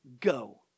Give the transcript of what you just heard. go